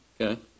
Okay